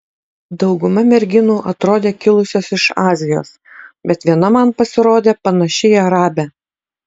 dauguma merginų atrodė kilusios iš azijos bet viena man pasirodė panaši į arabę